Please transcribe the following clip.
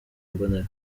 mbonera